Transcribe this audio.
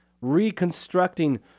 reconstructing